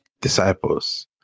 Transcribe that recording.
disciples